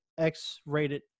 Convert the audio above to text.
X-rated